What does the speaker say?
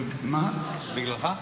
בגללך?